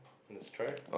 just try